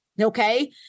okay